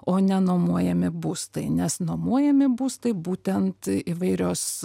o ne nuomojami būstai nes nuomojami būstai būtent įvairios